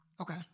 Okay